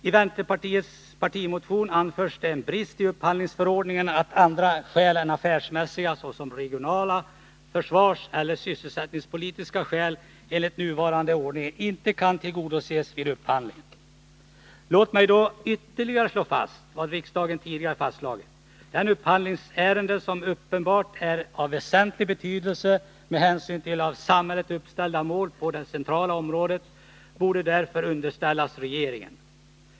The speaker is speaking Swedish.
I vpk:s partimotion anförs det vara en brist i upphandlingsförordningen att andra skäl än affärsmässiga, såsom regional-, försvarseller sysselsättningspolitiska skäl, enligt nuvarande ordning inte kan tillgodoses vid upphandling. Låt mig då ytterligare slå fast vad riksdagen tidigare fastslagit. De upphandlingsärenden som uppenbart är av väsentlig betydelse med hänsyn till av samhället uppställda mål på det centrala området borde därför underställas regeringen.